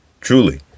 Truly